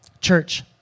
Church